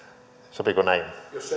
sopiiko näin vuoro on